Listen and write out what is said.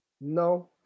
No